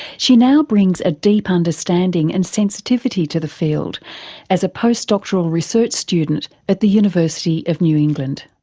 she now brings a deep understanding and sensitivity to the field as a postdoctoral research student at the university of new england.